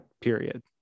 period